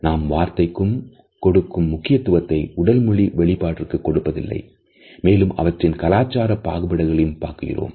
நாம் வார்த்தைகளுக்கு கொடுக்கும் முக்கியத்துவத்தை உடல் மொழி வெளிபாடுக்கு கொடுப்பதில்லை மேலும் அவற்றில் கலாச்சார பாகுபாடுகளையும் பார்க்கிறோம்